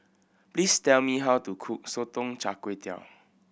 please tell me how to cook Sotong Char Kway